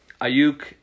Ayuk